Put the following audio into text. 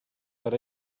but